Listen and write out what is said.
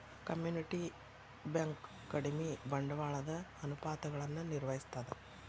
community bank ಕಡಿಮಿ ಬಂಡವಾಳದ ಅನುಪಾತಗಳನ್ನ ನಿರ್ವಹಿಸ್ತದ